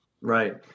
Right